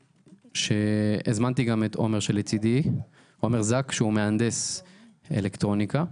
הזמנתי גם עומר זק, שהוא מהנדס אלקטרוניקה,